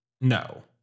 No